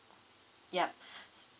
yup